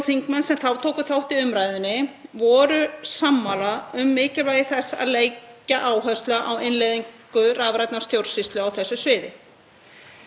Breytingar á eftirspurn eftir þjónustu Útlendingastofnunar á síðustu árum kalla á breytt verklag. Það á við um allar umsóknir,